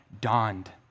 dawned